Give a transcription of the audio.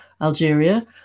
Algeria